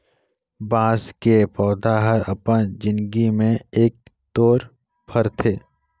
बाँस के पउधा हर अपन जिनगी में एके तोर फरथे